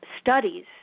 studies